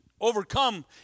overcome